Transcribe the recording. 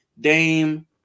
Dame